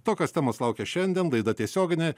tokios temos laukia šiandien laida tiesioginė